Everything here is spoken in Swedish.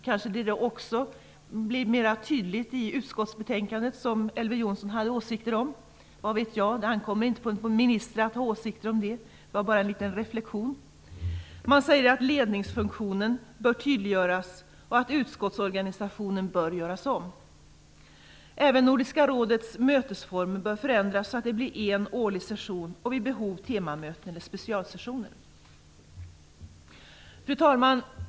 Kanske är det också mera tydligt i utskottsbetänkandet, som Elver Jonsson hade åsikter om. Vad vet jag, det ankommer inte på en minister att ha åsikter om det. Det var bara en liten reflexion. Man säger att ledningsfunktionen bör tydliggöras och att utskottsorganisationen bör göras om. Även Nordiska rådets mötesformer bör förändras så att det blir en årlig session och vid behov temamöten eller specialsessioner. Fru talman!